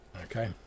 okay